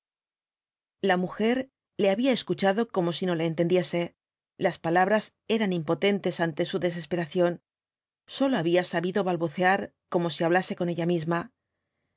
la mujer le había escuchado como si no le entendiese las palabras eran impotentes ante su desesperación sólo había sabido balbucear como si hablase con ella misma